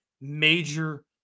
major